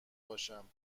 باشم